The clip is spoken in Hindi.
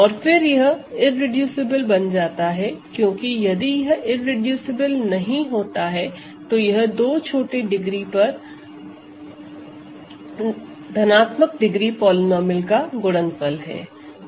और फिर यह इररेडूसिबल बन जाता है क्योंकि यदि यह इररेडूसिबल नहीं होता है तो यह दो छोटे डिग्री पर धनात्मक डिग्री पॉलीनोमिअल का गुणनफल है